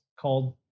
called